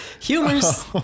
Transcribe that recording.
Humors